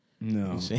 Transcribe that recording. No